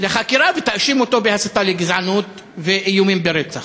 לחקירה ותאשים אותו בהסתה לגזענות ואיומים ברצח.